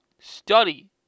study